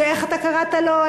שאיך אתה קראת לו,